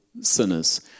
sinners